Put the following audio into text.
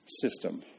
system